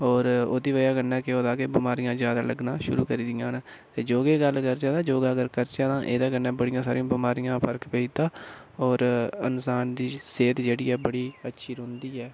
होर ओह्दी बजह कन्नै केह् होऐ दा के बमारियां ज्यादा लगना शुरू करी दियां न ते योगे दी गल्ल करचै तां योगा अगर करचै एह्दे कन्नै बड़ी सारिया बमारियां दा फर्क पेई जंदा होर इंसान दी सेह्त जेह्ड़ी ऐ अच्छी रौंह्दी ऐ